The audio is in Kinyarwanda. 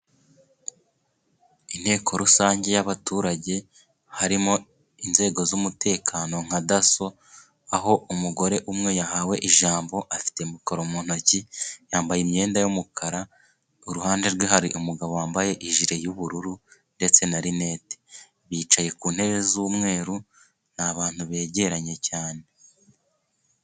Inteko rusange y'abaturage harimo inzego z'umutekano nka daso, aho umugore umwe yahawe ijambo afite mikoro mu ntoki yambaye imyenda y'umukara, iruhande rwe hari umugabo wambaye ijire y'ubururu ndetse na rinete, bicaye ku ntebe z'umweru ni abantu begeranye cyane.